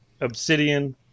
Obsidian